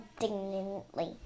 indignantly